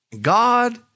God